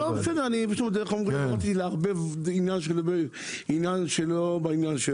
לא בסדר, לא רציתי לערבב עניין בעניין שלו.